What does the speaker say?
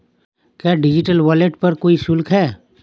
क्या digital wallet पर कोई शुल्क है?